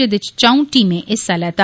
जेदे च च ' ऊ टीमें हिस्सा लैता